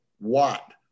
watt